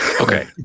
Okay